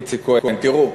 חבר הכנסת יצחק כהן, תראו,